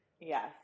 Yes